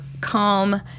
calm